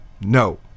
no